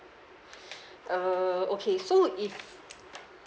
uh okay so if